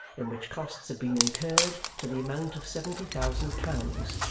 in which costs have been incurred to the amount of seventy thousand pounds,